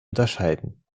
unterscheiden